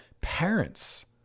parents